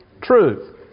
truth